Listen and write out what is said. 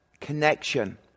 connection